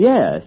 Yes